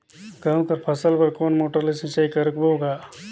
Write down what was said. गहूं कर फसल बर कोन मोटर ले सिंचाई करबो गा?